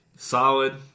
Solid